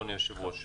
אדוני היושב-ראש,